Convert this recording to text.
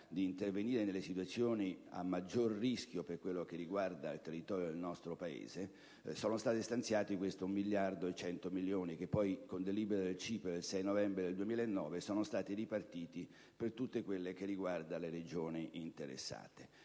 di intervenire nelle situazioni a maggior rischio per quello che riguarda il territorio del nostro Paese, sono stati stanziati 1 miliardo e 100 milioni che, con delibera CIPE del 6 novembre 2009, sono stati ripartiti per le necessità delle Regioni interessate.